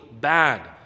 bad